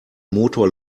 motor